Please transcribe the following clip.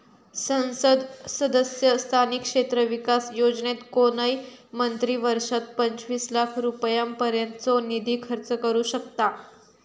संसद सदस्य स्थानिक क्षेत्र विकास योजनेत कोणय मंत्री वर्षात पंचवीस लाख रुपयांपर्यंतचो निधी खर्च करू शकतां